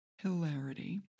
Hilarity